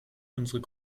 unsere